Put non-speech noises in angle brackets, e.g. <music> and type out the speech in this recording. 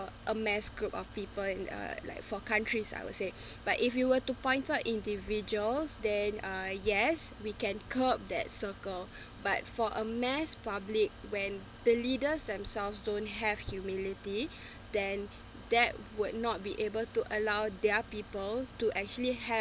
a mass group of people in uh like for countries I would say <breath> but if you were to point out individuals then uh yes we can curb that circle <breath> but for a mass public when the leaders themselves don't have humility <breath> then that would not be able to allow their people to actually have